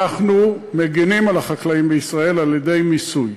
אנחנו מגינים על החקלאים בישראל על-ידי מיסוי,